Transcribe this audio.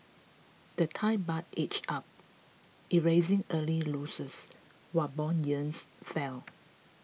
the Thai Baht edged up erasing early losses while bond yields fell